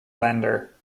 lander